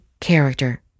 character